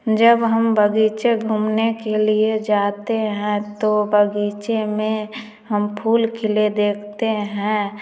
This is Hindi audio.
जब हम बगीचा घूमने के लिए जाते हैं तो बगीचे में हम फूल खिले देखते हैं